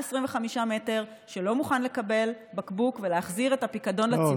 25 מטר שלא מוכן לקבל בקבוק ולהחזיר את הפיקדון לציבור,